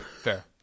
fair